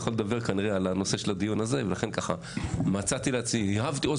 הוא יכול לדבר כנראה על הנושא של הדיון הזה ולכן הרהבתי עוז